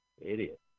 Idiot